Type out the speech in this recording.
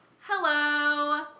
Hello